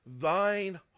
thine